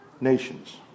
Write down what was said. nations